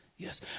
Yes